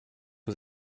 was